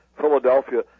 Philadelphia